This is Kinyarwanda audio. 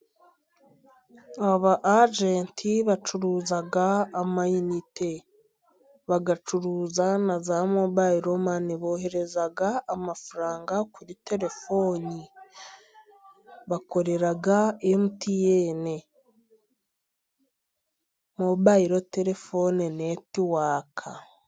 Aba ajenti bacuruza amayinite, bagacuruza na za mobayilomani bohereza amafaranga kuri telefoni, bakorera Emutiyene mobayiro telefone netiwaka.